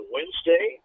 Wednesday